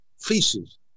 feces